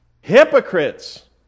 Hypocrites